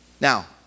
Now